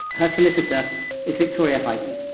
her solicitor is victoria hayden.